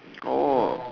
oh